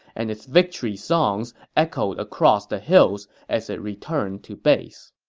and its victory songs echoed across the hills as it returned to base